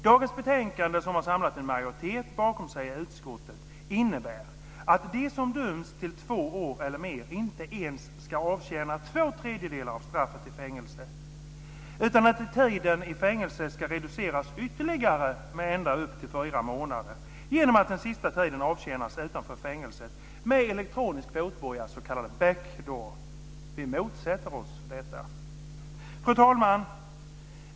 Dagens betänkande, som har samlat en majoritet bakom sig i utskottet, innebär att de som döms till två år eller mer inte ens ska avtjäna två tredjedelar av straffet i fängelse, utan att tiden i fängelse ska reduceras ytterligare med ända upp till fyra månader genom att den sista tiden avtjänas utanför fängelset med elektronisk fotboja, s.k. back door. Vi motsätter oss detta. Fru talman!